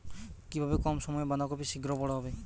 কিভাবে কম সময়ে বাঁধাকপি শিঘ্র বড় হবে?